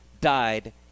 died